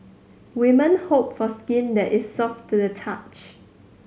women hope for skin that is soft to the touch